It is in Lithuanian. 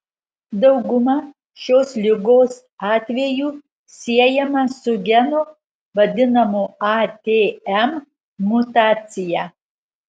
dauguma šios ligos atvejų siejama su geno vadinamo atm mutacija